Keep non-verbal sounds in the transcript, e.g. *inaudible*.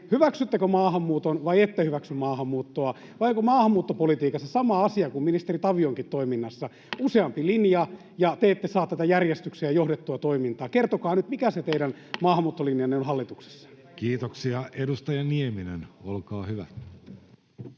Hyväksyttekö maahanmuuton vai ettekö hyväksy maahanmuuttoa? Vai onko maahanmuuttopolitiikassa sama asia kuin ministeri Tavionkin toiminnassa *noise* — useampi linja, ja te ette saa tätä järjestykseen ja johdettua toimintaa? Kertokaa nyt, *noise* mikä se teidän maahanmuuttolinjanne on hallituksessa. [Juho Eerola: Ei kaikki